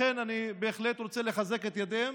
לכן אני בהחלט רוצה לחזק את ידיהם.